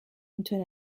into